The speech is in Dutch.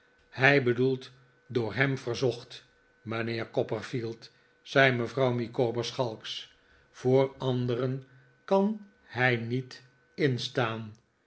hij bedoelt door hem verzocht mijnheer copperfield zei mevrouw micawber schalks voor anderen kan hij niet instaan